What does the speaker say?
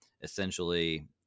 essentially